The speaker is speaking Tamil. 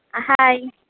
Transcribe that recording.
ஆ ஹாய்